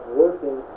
working